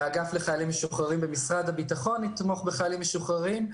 והאגף לחיילים משוחררים במשרד הביטחון יתמוך בחיילים משוחררים.